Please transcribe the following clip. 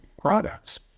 products